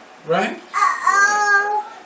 Right